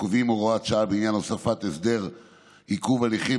הקובעים הוראות שעה בעניין הוספת הסדר עיכוב הליכים